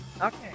Okay